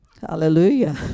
Hallelujah